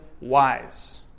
wise